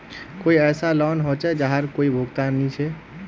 कोई ऐसा लोन होचे जहार कोई भुगतान नी छे?